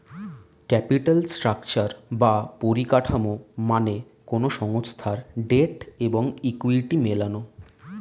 capital structure বা পরিকাঠামো মানে কোনো সংস্থার ডেট এবং ইকুইটি মেলানো